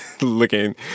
looking